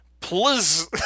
please